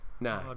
no